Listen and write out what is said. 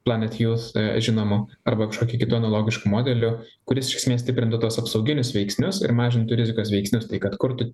planet jūs žinomu arba kažkokiu kitu analogišku modeliu kuris iš esmės stiprintų tuos apsauginius veiksnius ir mažintų rizikos veiksnius tai kad kurtų